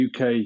UK